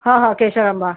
हं हं केशर आंबा